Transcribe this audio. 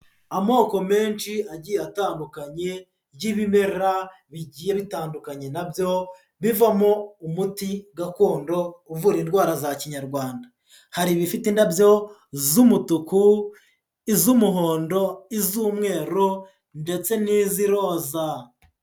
Amoko menshi agiye atandukanye y'ibimera bigiye bitandukanye na byo bivamo umuti gakondo uvura indwara za kinyarwanda, hari ibifite indabyo z'umutuku, iz'umuhondo iz'umweru ndetse n'iz'iroza.